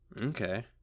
Okay